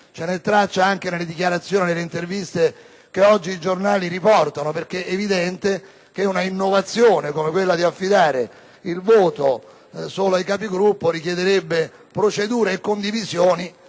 (ve n'è traccia anche nelle dichiarazioni e nelle interviste riportate dai giornali di oggi), perché è evidente che un'innovazione come quella di affidare il voto solo ai Capigruppo richiederebbe particolari procedure e condivisioni,